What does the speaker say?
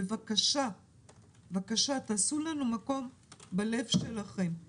בבקשה תעשו לנו מקום בלב שלכם,